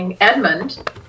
Edmund